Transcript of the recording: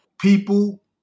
people